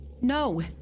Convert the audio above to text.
No